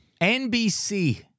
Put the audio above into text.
NBC